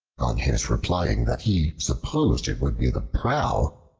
his replying that he supposed it would be the prow,